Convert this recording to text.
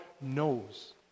knows